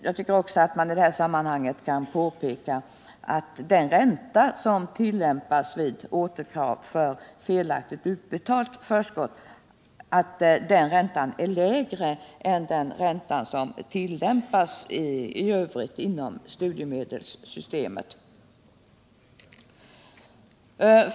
Jag tycker också att man i detta sammanhang kan påpeka att den ränta, som tillämpas vid återkrav för felaktigt utbetalt förskott, är lägre än den ränta som tillämpas i övrigt inom studiemedelssystemet.